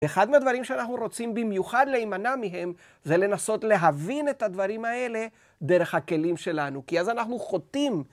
ואחד מהדברים שאנחנו רוצים במיוחד להימנע מהם זה לנסות להבין את הדברים האלה דרך הכלים שלנו. כי אז אנחנו חוטאים